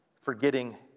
Forgetting